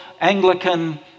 Anglican